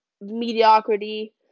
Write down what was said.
mediocrity